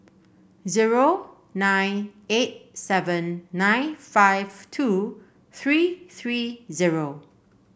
zero nine eight seven nine five two three three zero